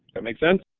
that make sense?